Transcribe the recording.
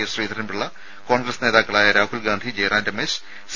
S Sreedharan Pillai Congress നേതാക്കളായ Rahul Gandhi Jairam Ramesh C